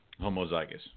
homozygous